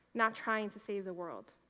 not trying to save the world.